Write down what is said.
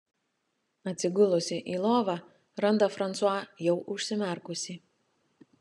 atsigulusi į lovą randa fransua jau užsimerkusį